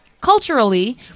culturally